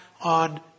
on